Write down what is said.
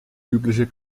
übliche